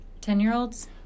Ten-year-olds